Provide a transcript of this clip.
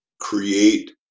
create